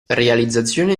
realizzazione